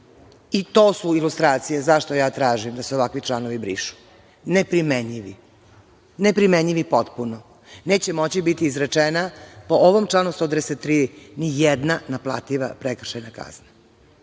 To su ilustracije zašto ja tražim da se ovakvi članovi brišu – neprimenljivi. Neprimenljivi su potpuno. Neće moći biti izrečena, po ovom članu 133, nijedna naplativa prekršajna kazna,